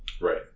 right